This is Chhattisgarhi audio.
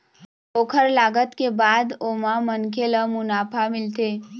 ओखर लागत के बाद ओमा मनखे ल मुनाफा मिलथे